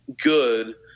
good